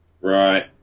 Right